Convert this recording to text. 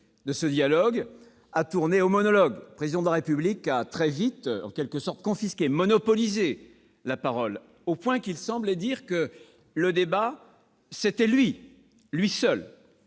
médiatique, a tourné au monologue. Le Président de la République a très vite confisqué ou monopolisé la parole, au point qu'il semblait dire que le débat c'était lui, lui seul,